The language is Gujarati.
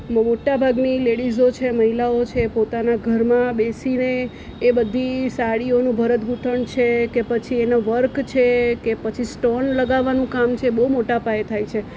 મોટાભાગની લેડીઝો છે મહિલાઓ છે પોતાના ઘરમાં બેસીને એ બધી સાડીઓનું ભરત ગૂંથણ છે કે પછી એનું વર્ક છે કે પછી સ્ટોન લગાવવાનું કામ છે એ બહુ મોટા પાયે થાય છે